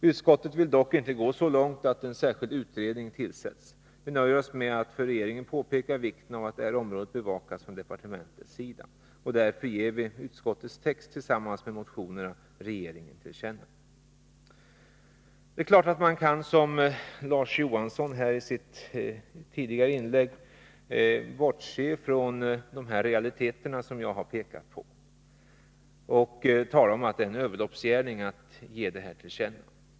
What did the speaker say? Utskottet vill dock inte gå så långt som att begära att en särskild utredning tillsätts. Vi nöjer oss med att föreslå att riksdagen påpekar vikten av att detta område bevakas från departementets sida. Vi hemställer alltså att utskottets text tillsammans med motionerna ges regeringen till känna. Det är klart att man kan, som Larz Johansson gjorde i sitt tidigare inlägg, bortse från de realiteter som jag har pekat på och tala om att ett tillkännagivande till regeringen är en överloppsgärning.